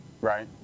Right